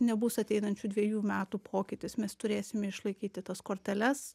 nebus ateinančių dvejų metų pokytis mes turėsime išlaikyti tas korteles